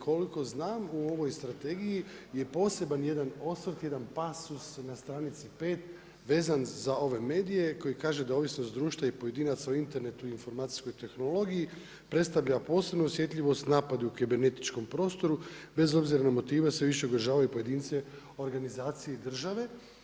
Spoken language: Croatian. Koliko znam u ovoj strategiji je poseban jedan osvrt, jedan pasus na stranici 5, vezan za ove medije koji kaže da ovisnost društva i pojedinaca o internetu i o informacijskoj tehnologiji predstavlja posebnu osjetljivost napadu u kibernetičkom prostoru, bez obzira na motive sve više ugrožavaju pojedince, organizacije i države.